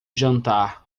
jantar